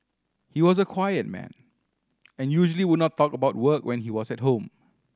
he was a quiet man and usually would not talk about work when he was at home